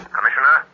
Commissioner